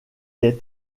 est